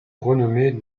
renommée